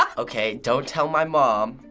um okay, don't tell my mom,